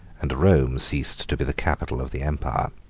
and rome ceased to be the capital of the empire.